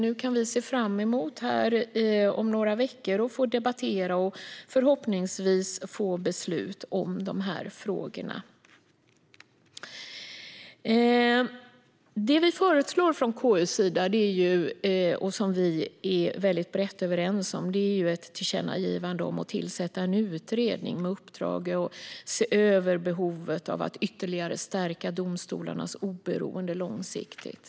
Nu kan vi se fram emot att om några veckor få debattera detta och förhoppningsvis få till beslut i dessa frågor. Det som vi föreslår från KU:s sida, som vi är väldigt brett överens om, är ett tillkännagivande om att tillsätta en utredning med uppdrag att se över behovet av att ytterligare stärka domstolarnas oberoende långsiktigt.